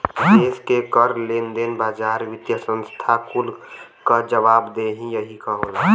देस के कर, लेन देन, बाजार, वित्तिय संस्था कुल क जवाबदेही यही क होला